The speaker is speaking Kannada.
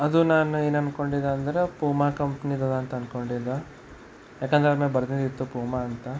ಅದು ನಾನು ಏನು ಅಂದ್ಕೊಂಡಿದ್ದೆ ಅಂದರೆ ಪೂಮಾ ಕಂಪ್ನಿದು ಅಂತ ಅಂದ್ಕೊಂಡಿದ್ದೆ ಯಾಕೆಂದರೆ ಅದರ ಮೇಲೆ ಬರೆದಿತ್ತು ಪೂಮಾ ಅಂತ